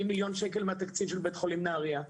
מיליון שקל מהתקציב של בית חולים נהריה,